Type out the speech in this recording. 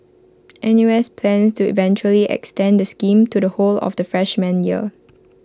N U S plans to eventually extend the scheme to the whole of the freshman year